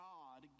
God